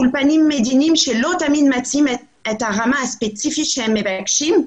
האולפנים המדיניים לא תמיד מציעים את הרמה הספציפית שהם מבקשים,